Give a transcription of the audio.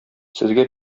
сезгә